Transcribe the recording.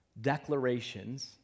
declarations